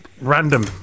random